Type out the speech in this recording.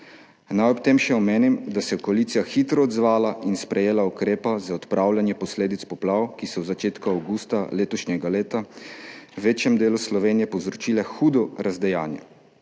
Naj ob tem še omenim, da se je koalicija hitro odzvala in sprejela ukrepe za odpravljanje posledic poplav, ki so v začetku avgusta letošnjega leta v večjem delu Slovenije povzročile hudo razdejanje.